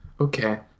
okay